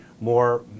more